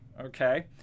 okay